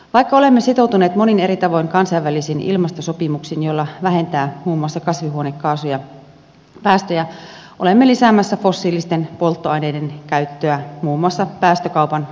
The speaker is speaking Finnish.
vaikka olemme sitoutuneet monin eri tavoin kansainvälisiin ilmastosopimuksiin joilla vähennetään muun muassa kasvihuonekaasuja päästöjä olemme lisäämässä fossiilisten polttoaineiden käyttöä muun muassa päästökaupan vuoksi